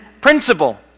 principle